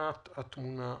ובהבנת התמונה הכוללת.